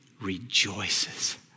rejoices